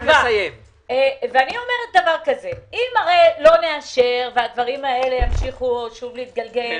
אם לא נאשר והדברים האלה ימשיכו להתגלגל,